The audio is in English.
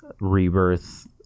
rebirth